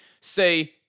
say